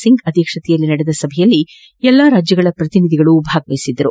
ಸಿಂಗ್ ಅಧ್ಯಕ್ಷತೆಯಲ್ಲಿ ನಡೆದ ಸಭೆಯಲ್ಲಿ ಎಲ್ಲ ರಾಜ್ಯಗಳ ಪ್ರತಿನಿಧಿಗಳು ಭಾಗವಹಿಸಿದ್ದರು